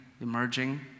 emerging